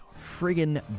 friggin